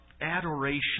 adoration